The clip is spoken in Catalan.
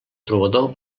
trobador